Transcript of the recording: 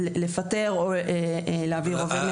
לפטר או להעביר עובד מתפקידו.